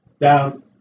down